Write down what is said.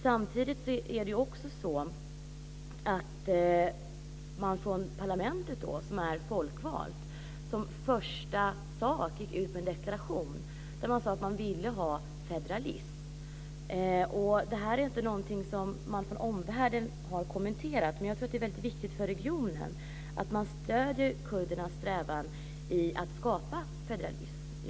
Samtidigt är det så att man från parlamentet, som är folkvalt, som första sak gick ut med en deklaration där man sade att man ville ha federalism. Det här är inte någonting som man från omvärlden har kommenterat, men jag tror att det är väldigt viktigt för regionen att man stöder kurdernas strävan efter att skapa federalism.